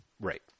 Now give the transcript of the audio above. Right